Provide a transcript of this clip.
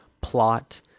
plot